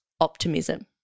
Optimism